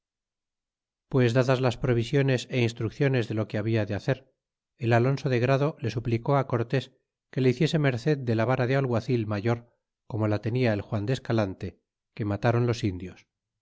pues dadas las provisiones é instrucciones de lo que habla de hacer el alonso de grado le suplicó á cortés que le hiciese merced de la vara de alguacil mayor como la tenia el juan de escalante que mataron los indios